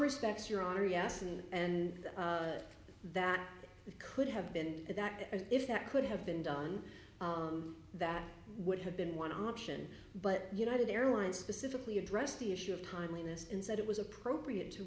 respects your honor yes and and that could have been that and if that could have been done that would have been one option but united airlines specifically addressed the issue of timeliness and said it was appropriate to